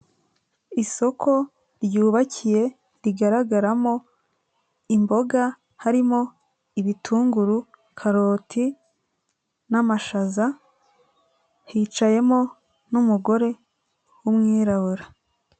Isoko ryubakiye rigaragaramo imboga harimo ibitunguru, karoti n'amashaza hicayemo n'umugore w'umwirabura.